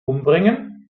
umbringen